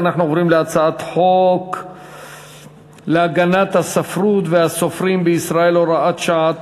אנחנו עוברים להצעת חוק להגנת הספרות והסופרים בישראל (הוראת שעה),